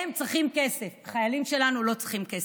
הם צריכים כסף, החיילים שלנו לא צריכים כסף.